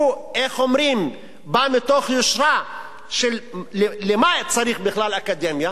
הוא בא מתוך יושרה של למה צריך בכלל אקדמיה,